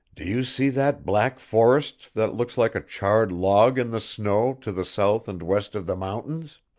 do you see that black forest that looks like a charred log in the snow to the south and west of the mountains?